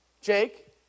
Jake